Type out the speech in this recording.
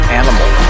animal